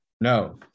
no